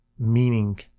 meaning